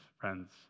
friends